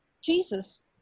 Jesus